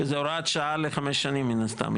זה הוראת שעה לחמש שנים מן הסתם,